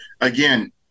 again